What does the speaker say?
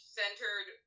centered